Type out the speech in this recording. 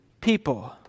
people